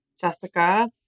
Jessica